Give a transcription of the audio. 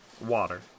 Water